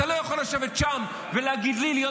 אתה לא יכול לשבת שם ולהגיד לי להיות